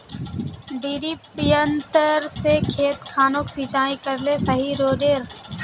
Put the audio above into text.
डिरिपयंऋ से खेत खानोक सिंचाई करले सही रोडेर?